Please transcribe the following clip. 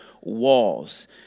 walls